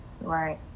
Right